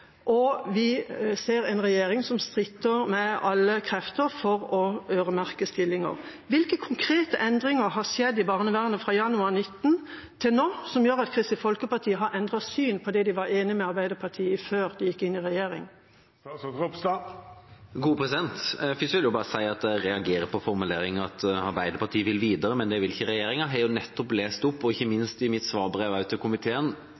og vi ser en regjering som stritter imot av alle krefter det å øremerke stillinger. Hvilke konkrete endringer har skjedd i barnevernet fra januar 2019 til nå, som gjør at Kristelig Folkeparti har endret syn på det de var enig med Arbeiderpartiet i – før de gikk inn i regjering? Først vil jeg bare si at jeg reagerer på formuleringen: Arbeiderpartiet vil videre, men det vil ikke regjeringa. Jeg har nettopp lest opp og ikke minst i mitt brev til komiteen